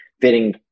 fitting